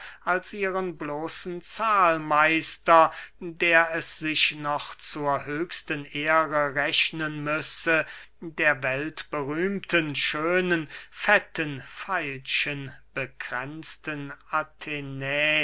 als ihren bloßen zahlmeister der es sich noch zur höchsten ehre rechnen müsse der weltberühmten schönen fetten veilchenbekränzten athenä